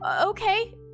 Okay